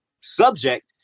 subject